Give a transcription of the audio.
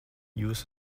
jūs